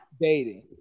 Dating